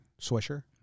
Swisher